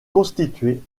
constituée